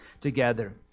together